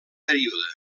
període